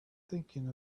thinking